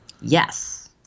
yes